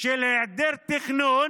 של היעדר תכנון